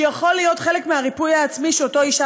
שיכול להיות חלק מהריפוי העצמי שאותה אישה